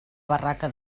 barraca